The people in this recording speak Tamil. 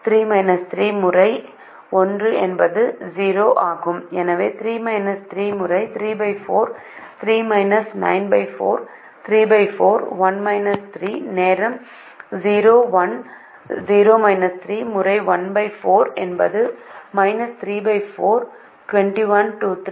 எனவே முறை 3 4 3 94 34 நேரம் 0 1 முறை 14 என்பது 34 முறை 6 18 3